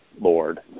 Lord